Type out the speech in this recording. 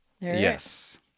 Yes